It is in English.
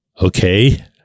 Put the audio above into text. okay